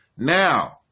Now